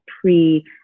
pre